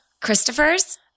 Christopher's